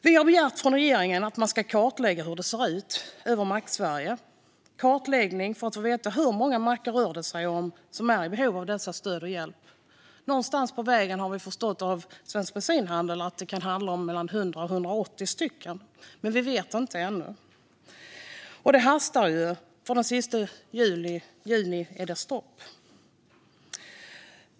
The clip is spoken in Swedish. Vi har begärt från regeringen att man ska kartlägga hur det ser ut i Macksverige för att få veta hur många mackar som är i behov av stöd och hjälp. Någonstans på vägen har vi förstått av Svensk Bensinhandel att det kan handla om mellan 100 och 180 mackar, men vi vet inte än. Detta hastar ju, för den 30 juni är det stopp.